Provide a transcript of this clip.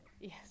Yes